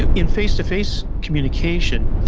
ah in face-to-face communication,